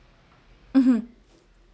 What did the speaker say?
mmhmm